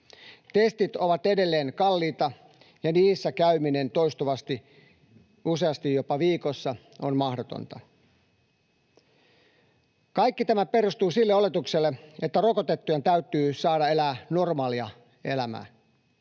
Testit ovat edelleen kalliita, ja niissä käyminen toistuvasti, jopa useasti viikossa, on mahdotonta. Kaikki tämä perustuu sille oletukselle, että rokotettujen täytyy saada elää normaalia elämää